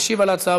משיב על ההצעה,